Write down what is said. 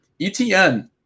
ETN